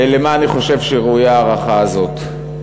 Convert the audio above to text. למה אני חושב שראויה ההארכה הזאת.